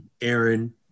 Aaron